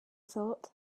thought